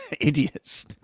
idiots